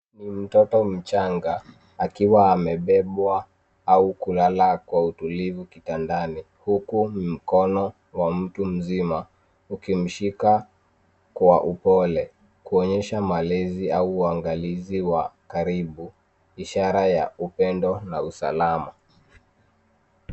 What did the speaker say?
Ni mtoto mchanga akiwa amebebwa au kulala kwa utulivu kitandani .Huku mkono wa mtu mzima ukimshika, kwa upole, kuonyesha malezi au uangalizi wa karibu .Ishara ya upendo na usalama.